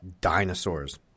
dinosaurs